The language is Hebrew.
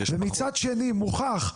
ומצד שני מוכח,